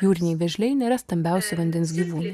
jūriniai vėžliai nėra stambiausi vandens gyvūnai